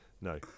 no